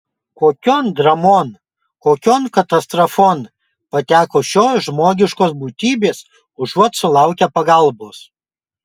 kokion dramon kokion katastrofon pateko šios žmogiškos būtybės užuot sulaukę pagalbos